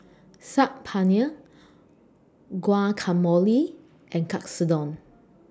Saag Paneer Guacamole and Katsudon